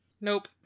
Nope